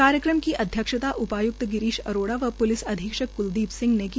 कार्यक्रम की अध्यक्षता उपाय्क्त गिरीश अरोड़ा व प्लिस अधीक्षक क्लदीप सिंह ने की